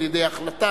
על-ידי החלטה,